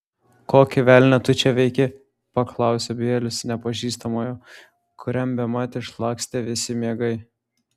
kokį velnią tu čia veiki paklausė bielis nepažįstamojo kuriam bemat išlakstė visi miegai